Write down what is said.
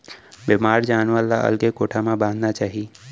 बेमार जानवर ल अलगे कोठा म बांधना चाही